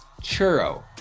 churro